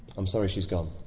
i'm sorry she's gone.